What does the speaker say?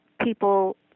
people